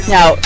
Now